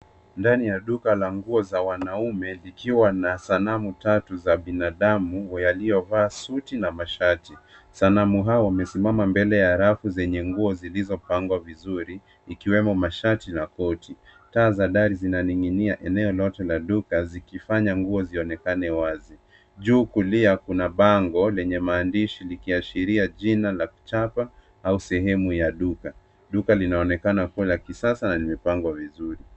Ndani ya duka la nguo za wanaume, vikiwa na sanamu tatu za binadamu yaliyovaa suti na mashati. Sanamu hao wamesimama mbele ya rafu zenye nguo zilizopangwa vizuri ikiwemo mashati na koti. Taa za dari zinaning'inia eneo lote la duka zikifanya nguo zionekane wazi. Juu kulia kuna bango lenye maandishi likiashiria jina la kuchapa au sehemu ya duka. Duka linaonekana kuwa la kisasa na limepangwa vizuri.